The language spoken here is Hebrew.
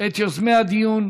את יוזמי הדיון,